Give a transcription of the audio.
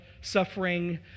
suffering